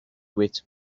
wet